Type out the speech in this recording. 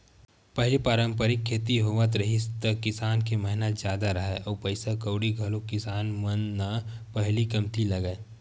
पहिली पारंपरिक खेती होवत रिहिस त किसान के मेहनत जादा राहय अउ पइसा कउड़ी घलोक किसान मन न पहिली कमती लगय